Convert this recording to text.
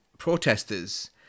Protesters